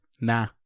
nah